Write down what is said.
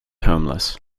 homeless